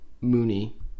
Mooney